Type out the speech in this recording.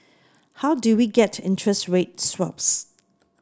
how do we get interest rate swaps